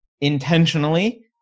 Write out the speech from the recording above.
intentionally